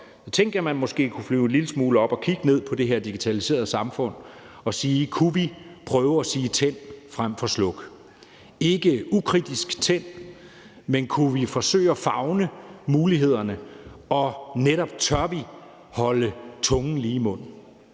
tænkte jeg, at man måske kunne flyve en lille smule op og kigge ned på det her digitaliserede samfund og spørge, om vi kunne prøve at sige »tænd« frem for »sluk« – ikke ukritisk, men kunne vi forsøge at favne mulighederne? Og netop: Tør vi holde tungen lige i munden?